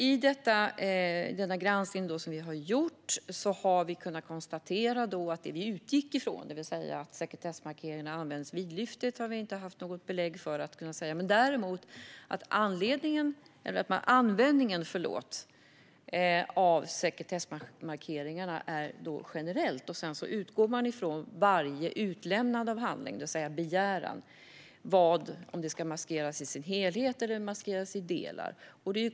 I den granskning som vi har gjort har vi kunnat konstatera att det som vi utgick ifrån, det vill säga att sekretessmarkeringarna används vidlyftigt, har vi inte haft något belägg för. Däremot är användningen av sekretessmarkeringarna generell. Sedan utgår man från varje utlämnande av handling, det vill säga begäran, och om en handling ska maskeras i sin helhet eller i vissa delar.